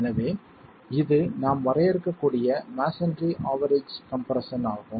எனவே இது நாம் வரையறுக்கக்கூடிய மஸோன்றி ஆவெரேஜ் கம்ப்ரெஸ்ஸன் ஆகும்